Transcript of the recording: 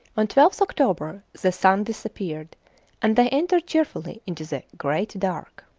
on twelfth october the sun disappeared and they entered cheerfully into the great dark.